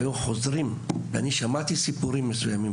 ואני שמעתי סיפורים מסוימים,